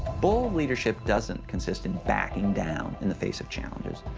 bold leadership doesn't consist in backing down in the face of challenges.